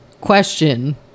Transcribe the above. question